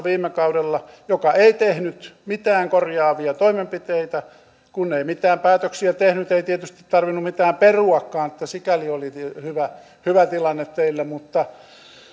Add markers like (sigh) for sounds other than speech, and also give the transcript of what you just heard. (unintelligible) viime kaudella mukana hallituksessa joka ei tehnyt mitään korjaavia toimenpiteitä kun ei mitään päätöksiä tehnyt ei tietysti tarvinnut mitään peruakaan että sikäli oli hyvä hyvä tilanne teillä mutta